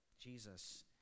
Jesus